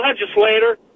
legislator